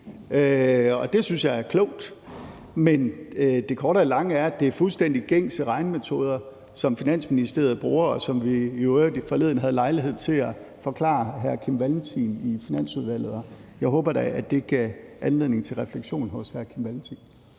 det synes jeg er klogt, men det korte af det lange er, at det er fuldstændig gængse regnemetoder, som Finansministeriet bruger, og som vi i øvrigt forleden havde lejlighed til at forklare hr. Kim Valentin i Finansudvalget. Jeg håber da, at det gav anledning til refleksion hos hr. Kim Valentin.